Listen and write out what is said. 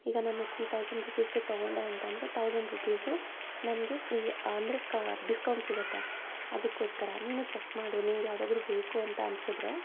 ಈಗ ನಾನು three thousand ರುಪೀಸ್ಗೆ ತಗೊಂಡೆ ಅಂತೆಂದರೆ ಥೌಸಂಡ್ ರುಪೀಸು ನನಗೆ ಫ್ರೀ ಅಂದರೆ ಕ ಡಿಸ್ಕೌಂಟ್ ಸಿಗುತ್ತೆ ಅದಕ್ಕೋಸ್ಕರ ನೀನು ಚೆಕ್ ಮಾಡು ನಿಂಗೆ ಯಾವುದಾದ್ರು ಬೇಕು ಅಂತ ಅನ್ನಿಸಿದ್ರೆ